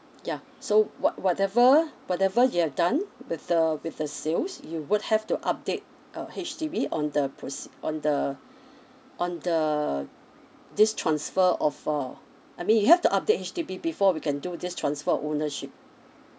ya so what~ whatever whatever you have done with the with the sales you would have to update uh H_D_B on the proce~ on the on the this transfer of uh I mean you have to update H_D_B before we can do this transfer of ownership